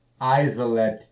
isolate